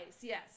yes